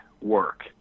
work